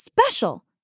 special